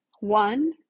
one